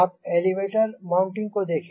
आप elevator mounting को देखें